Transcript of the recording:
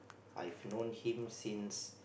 I've known him since